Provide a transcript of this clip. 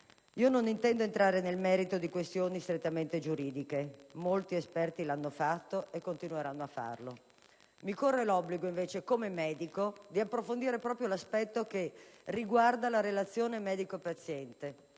Io non intendo entrare nel merito di questioni strettamente giuridiche: molti esperti lo hanno fatto e continueranno a farlo. Mi corre l'obbligo, invece, come medico, di approfondire proprio l'aspetto che riguarda la relazione medico-paziente,